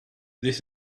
this